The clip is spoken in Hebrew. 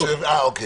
14:10)